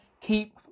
keep